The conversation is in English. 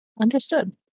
Understood